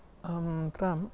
ಆನಂತರ